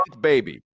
baby